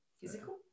physical